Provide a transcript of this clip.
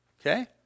Okay